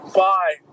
bye